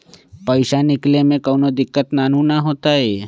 पईसा निकले में कउनो दिक़्क़त नानू न होताई?